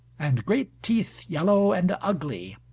and great teeth yellow and ugly,